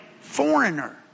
foreigner